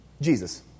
Jesus